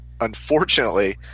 unfortunately